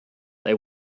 they